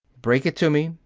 break it to me!